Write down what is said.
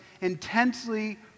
intensely